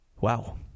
wow